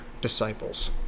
disciples